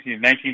19